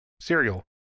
cereal